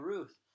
Ruth